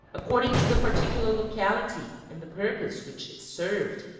according to the particular locality, and the purpose which it served,